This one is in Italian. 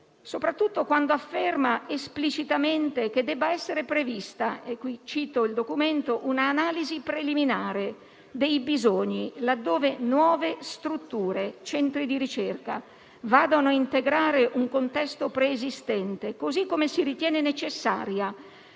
soprattutto quando afferma esplicitamente che debba essere prevista - e qui cito il documento - «una analisi preliminare dei bisogni, laddove nuove strutture», i centri di ricerca, «vadano ad integrare un contesto preesistente, così come si ritiene necessaria